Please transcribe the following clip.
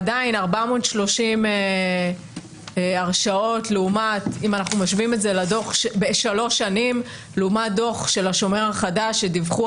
עדיין 430 הרשעות בשלוש שנים לעומת דוח של השומר החדש שדיווחו